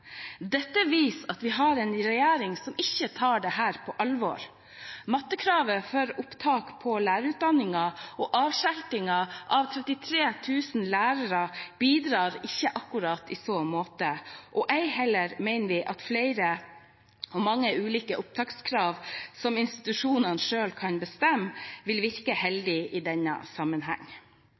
viser at vi har en regjering som ikke tar dette på alvor. Mattekravet for opptak på lærerutdanningen og avskiltingen av 33 000 lærere bidrar ikke akkurat i så måte. Ei heller mener vi at flere og mange ulike opptakskrav som institusjonene selv kan bestemme, vil virke heldig i denne sammenheng.